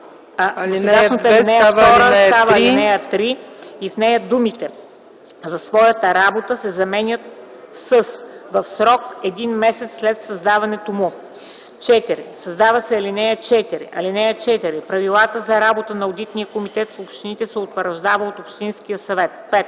ал. 2 става ал. 3 и в нея думите „за своята работа” се заменят с „в срок един месец след създаването му”. 4. Създава се ал. 4: „(4) Правилата за работа на одитния комитет в общините се утвърждават от общинския съвет.” 5.